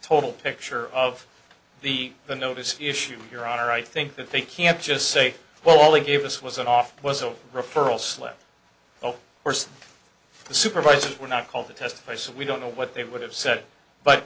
total picture of the the notice issue your honor i think that they can't just say well they gave us was an offer was a referral slip oh course supervisors were not called to testify so we don't know what they would have said but